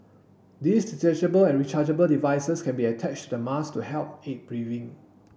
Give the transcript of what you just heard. these detachable and rechargeable devices can be attached to the mask to help aid breathing